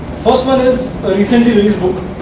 first one, is a recently released book